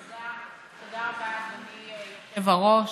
תודה רבה, אדוני היושב-ראש.